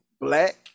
black